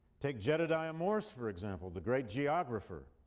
take jedidiah morse, for example, the great geographer.